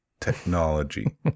technology